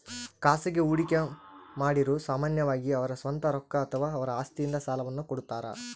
ಖಾಸಗಿ ಹೂಡಿಕೆಮಾಡಿರು ಸಾಮಾನ್ಯವಾಗಿ ಅವರ ಸ್ವಂತ ರೊಕ್ಕ ಅಥವಾ ಅವರ ಆಸ್ತಿಯಿಂದ ಸಾಲವನ್ನು ಕೊಡುತ್ತಾರ